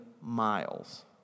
miles